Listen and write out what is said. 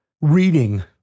reading